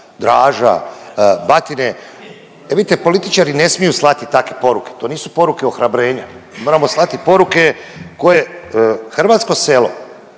Draža, Batine, e vidite, političari ne smiju slati takve poruke, to nisu poruke ohrabrenja. Moramo slati poruke koje hrvatsko selo